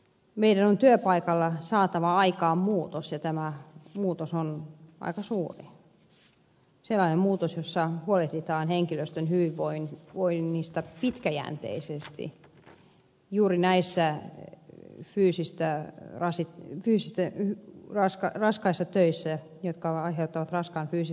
meidän on työpaikalla saatava aikaan muutos ja tämä muutos on aika suuri sellainen muutos jossa huolehditaan henkilöstön hyvinvoinnista pitkäjänteisesti juuri näissä hän ryysistään rasi kiistäen raska raskaissa töissä jotka aiheuttavat raskaan fyysisen rasituksen ihmisille